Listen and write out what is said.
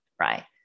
right